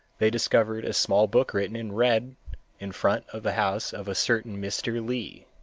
they discovered a small book written in red in front of the house of a certain mr. li.